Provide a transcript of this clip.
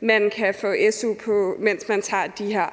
man kan få su, mens man tager de her